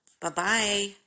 Bye-bye